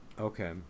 Okay